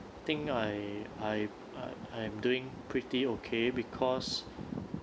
think I I I'm doing pretty okay because